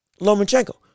Lomachenko